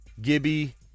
Gibby